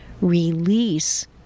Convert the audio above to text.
release